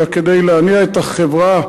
אלא כדי להניע את החברה,